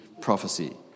prophecy